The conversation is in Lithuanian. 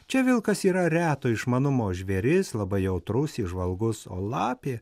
čia vilkas yra reto išmanumo žvėris labai jautrus įžvalgus o lapė